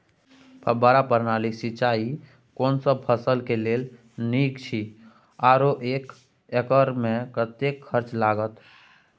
फब्बारा प्रणाली सिंचाई कोनसब फसल के लेल नीक अछि आरो एक एकर मे कतेक खर्च लागत?